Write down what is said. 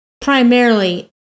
primarily